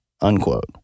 unquote